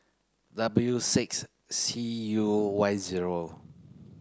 W six C U Y zero